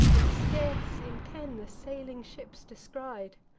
and scarce in ken the sailing ships descried.